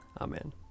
Amen